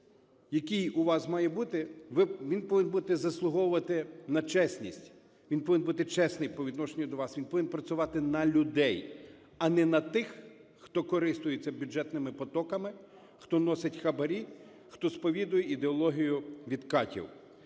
який у вас має бути, він повинен бути, заслуговувати на чесність. Він повинен бути чесним по відношенню до вас, він повинен працювати на людей, а не на тих, хто користується бюджетними потоками, хто носить хабарі, хто сповідує ідеологію відкатів.